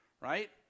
right